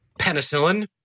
penicillin